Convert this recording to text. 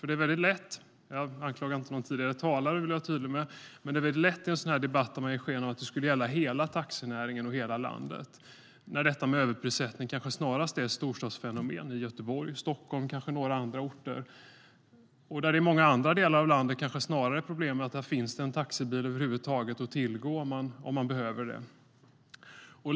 Det är lätt - jag anklagar inte någon tidigare talare - att ge sken av att överprissättningen gäller hela taxinäringen och hela landet när den snarare är ett storstadsfenomen i Göteborg, Stockholm och kanske några andra orter. I många andra delar av landet är det snarare problem med om det över huvud taget finns en taxibil att tillgå.